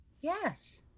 Yes